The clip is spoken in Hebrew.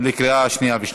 לקריאה שנייה ושלישית.